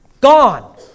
gone